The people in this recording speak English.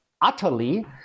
utterly